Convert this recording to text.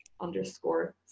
underscore